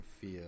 feel